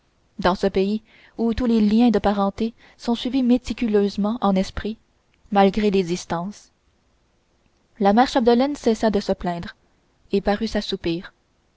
dans ce pays où tous les liens de parenté sont suivis méticuleusement en esprit malgré les distances la mère chapdelaine cessa de se plaindre et parut